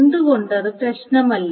എന്തുകൊണ്ട് അത് പ്രശ്നമല്ല